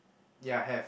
ya have